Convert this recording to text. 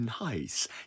nice